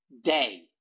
day